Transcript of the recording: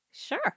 Sure